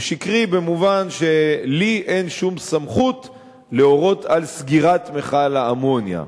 הוא שקרי במובן שלי אין שום סמכות להורות על סגירת מכל האמוניה.